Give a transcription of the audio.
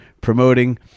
promoting